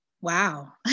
Wow